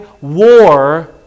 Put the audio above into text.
war